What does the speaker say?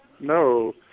No